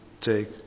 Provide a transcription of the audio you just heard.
take